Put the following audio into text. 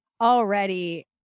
already